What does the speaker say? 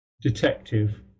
detective